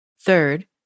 Third